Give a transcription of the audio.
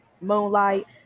moonlight